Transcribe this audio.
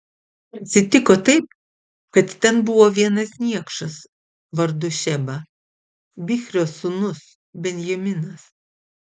atsitiko taip kad ten buvo vienas niekšas vardu šeba bichrio sūnus benjaminas